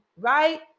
right